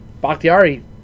Bakhtiari